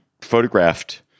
photographed